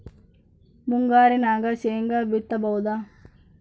ಮುಂಗಾರಿನಾಗ ಶೇಂಗಾ ಬಿತ್ತಬಹುದಾ?